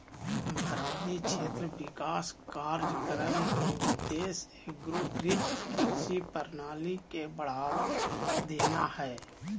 बारानी क्षेत्र विकास कार्यक्रम के उद्देश्य एगोकृत कृषि प्रणाली के बढ़ावा देना हइ